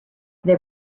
they